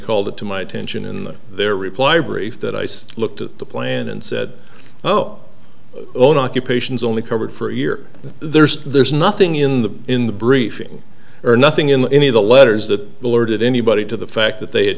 called it to my attention in their reply brief that i saw looked at the plan and said oh own occupations only covered for a year there's there's nothing in the in the briefing or nothing in any of the letters that alerted anybody to the fact that they had